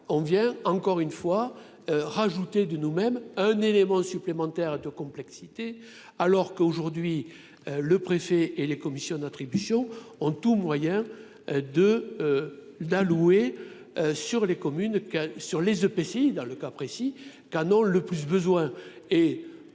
on vient encore une fois, rajouter du nous-mêmes un élément supplémentaire de complexité, alors qu'aujourd'hui le préfet et les commissions d'attribution en tout moyen de d'allouer sur les communes sur les EPCI dans le cas précis qu'en ont le plus besoin